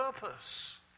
purpose